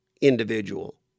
individual